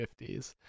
50s